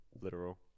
literal